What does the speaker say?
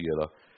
together